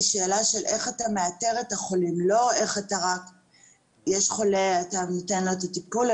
היא השאלה איך מאתרים את החולים ולא רק איך נותנים את הטיפול לחולה.